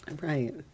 Right